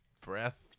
breath